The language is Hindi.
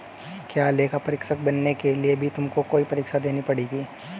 क्या लेखा परीक्षक बनने के लिए भी तुमको कोई परीक्षा देनी पड़ी थी?